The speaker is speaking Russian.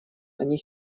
они